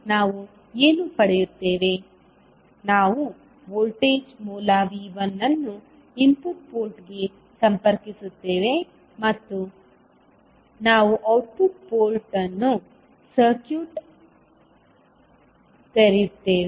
ನಾವು ವೋಲ್ಟೇಜ್ ಮೂಲ V1 ಅನ್ನು ಇನ್ಪುಟ್ ಪೋರ್ಟ್ಗೆ ಸಂಪರ್ಕಿಸುತ್ತೇವೆ ಮತ್ತು ನಾವು ಔಟ್ಪುಟ್ ಪೋರ್ಟ್ ಅನ್ನು ಸರ್ಕ್ಯೂಟ್ ತೆರೆಯುತ್ತೇವೆ